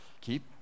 Keep